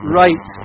right